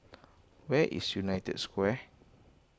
where is United Square